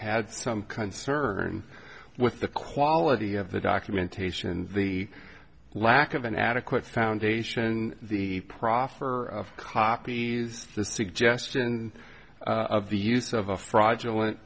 had some concern with the quality of the documentation the lack of an adequate foundation the proffer of copies the suggestion of the use of a fraudulent